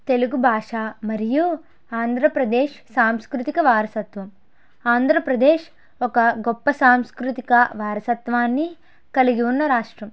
తెలుగు భాష మరియు ఆంధ్రప్రదేశ్ సాంస్కృతిక వారసత్వం ఆంధ్రప్రదేశ్ ఒక గొప్ప సాంస్కృతిక వారసత్వాన్ని కలిగి ఉన్న రాష్ట్రం